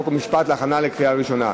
חוק ומשפט להכנה לקריאה ראשונה.